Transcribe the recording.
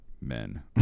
men